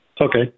Okay